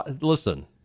listen